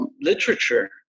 literature